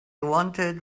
wanted